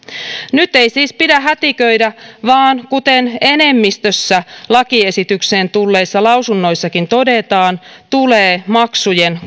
nyt ei siis pidä hätiköidä vaan kuten enemmistössä lakiesitykseen tulleissa lausunnoissakin todetaan tulee maksujen